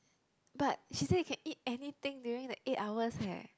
but she say can eat anything during the eight hours eh